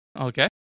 Okay